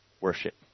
worship